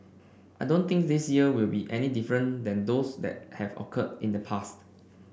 I don't think this year will be any different than those that have occurred in the past